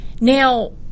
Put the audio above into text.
Now